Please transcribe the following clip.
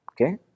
Okay